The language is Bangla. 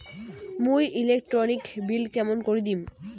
মুই ইলেকট্রিক বিল কেমন করি দিম?